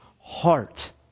heart